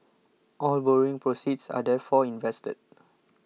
all borrowing proceeds are therefore invested